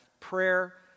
prayer